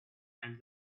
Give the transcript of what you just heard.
and